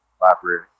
Library